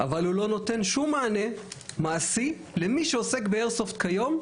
אבל הוא לא נותן שום מענה מעשי למי שעוסק באיירסופט כיום,